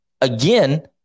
Again